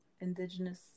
Indigenous